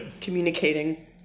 communicating